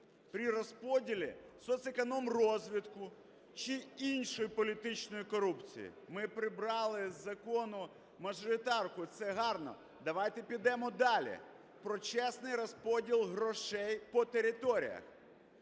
при розподілі соцекономрозвитку чи іншої політичної корупції. Ми прибрали із закону мажоритарку, це гарно, давайте підемо далі, про чесний розподіл грошей по територіях.